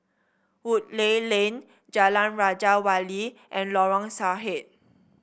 Woodleigh Lane Jalan Raja Wali and Lorong Sarhad